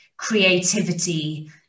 Creativity